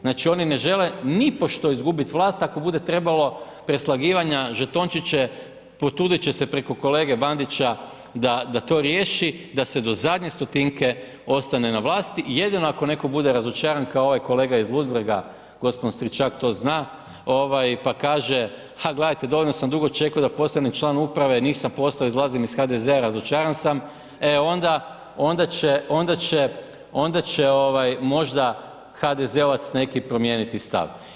Znači oni ne žele nipošto izgubiti vlast ako bude trebalo preslagivanja, žetončiće potruditi će se preko kolege Bandića da to riješi, da se do zadnje stotinke ostane na vlasti i jedino ako netko bude razočaran kao ovaj kolega iz Ludbrega, gospodin Stričak to zna pa kaže ha gledajte dovoljno sam dugo čekao da postanem član uprave, nisam postao, izlazim iz HDZ-a, razočaran sam e onda će, onda će možda HDZ-ovac neki promijeniti stav.